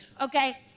Okay